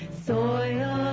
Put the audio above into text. soil